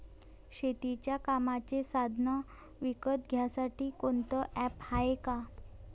शेतीच्या कामाचे साधनं विकत घ्यासाठी कोनतं ॲप हाये का?